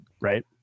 right